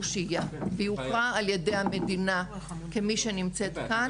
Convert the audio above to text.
שהייה והיא הוכרה על-ידי המדינה כמי שנמצאת כאן,